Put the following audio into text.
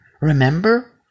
Remember